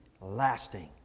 lasting